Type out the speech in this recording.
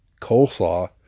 coleslaw